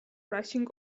rushing